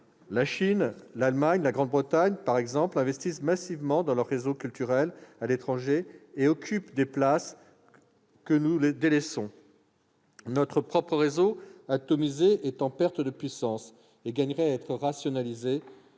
la Chine, l'Allemagne, la Grande-Bretagne, par exemple, investissent massivement dans leur réseau culturel à l'étranger et occupent les espaces que nous délaissons. Notre propre réseau, atomisé et en perte de puissance, gagnerait à être rationalisé